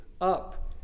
up